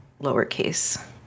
lowercase